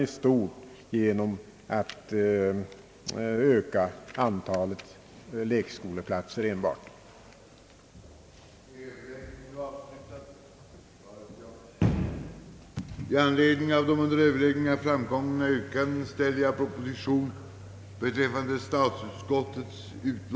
För det första 10 000-talet invånare skulle krävas en plats per 200 invånare och för invånare därutöver en plats per 100 invånare. En balansregel avsåges gälla endast kommuner med mer än 10000 invånare och innebära,